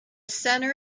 center